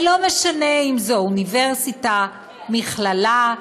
ולא משנה אם זה אוניברסיטה, מכללה,